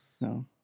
no